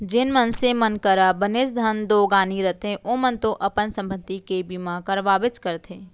जेन मनसे मन करा बनेच धन दो गानी रथे ओमन तो अपन संपत्ति के बीमा करवाबेच करथे